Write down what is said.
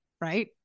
right